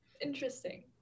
Interesting